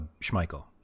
Schmeichel